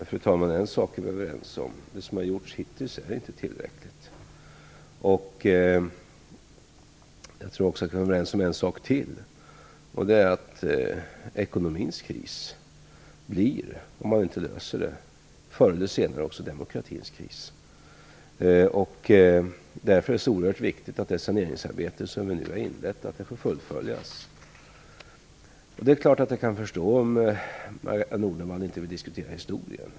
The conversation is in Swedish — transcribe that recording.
Fru talman! En sak är vi överens om: Det som har gjorts hittills är inte tillräckligt. Jag tror också att vi är överens om en sak till. Det är att ekonomins kris, om man inte löser den, förr eller senare också blir demokratins kris. Därför är det oerhört viktigt att det saneringsarbete som vi nu har inlett får fullföljas. Jag kan förstå om Margareta Nordenvall inte vill diskutera historien.